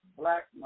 black